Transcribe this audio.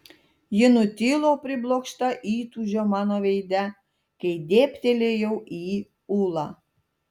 ji nutilo priblokšta įtūžio mano veide kai dėbtelėjau į ulą